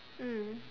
mm